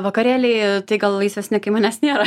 vakarėly tai gal laisvesni kai manęs nėra